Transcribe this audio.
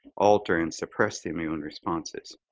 alter, and suppress the immune responses?